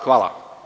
Hvala.